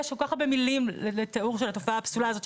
יש כל כך הרבה מילים לתיאור של התופעה הפסולה הזאת,